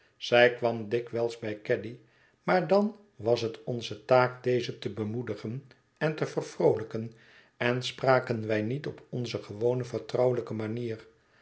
zij kwam dikwijls bij caddy maar dan was het onze taak deze te bemoedigen en te vervroolijken en spraken wij niet op onze gewone vertrouwelijke manier